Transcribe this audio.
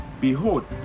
Behold